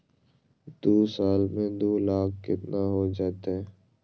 दू साल में दू लाख केतना हो जयते?